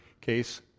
Case